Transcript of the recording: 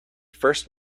first